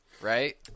right